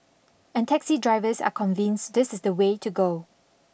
and taxi drivers are convinced this is the way to go